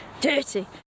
Dirty